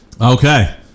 Okay